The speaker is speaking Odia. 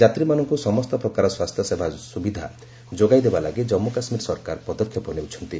ଯାତ୍ରୀମାନଙ୍କୁ ସମସ୍ତ ପ୍ରକାର ସ୍ୱାସ୍ଥ୍ୟସେବା ସୁବିଧା ଯୋଗାଇ ଦେବାଲାଗି ଜନ୍ମୁ କାଶ୍ମୀର ସରକାର ପଦକ୍ଷେପ ନେଉଛନ୍ତି